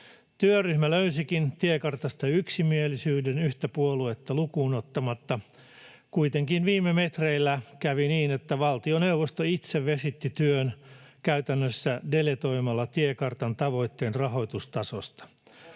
Työryhmä löysikin tiekartasta yksimielisyyden yhtä puoluetta lukuun ottamatta. Kuitenkin viime metreillä kävi niin, että valtioneuvosto itse vesitti työn, käytännössä deletoimalla tiekartan tavoitteen rahoitustasosta.